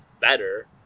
better